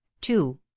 two